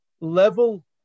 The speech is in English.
level